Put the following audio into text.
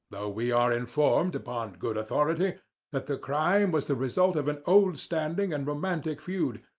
though we are informed upon good authority that the crime was the result of an old standing and romantic feud,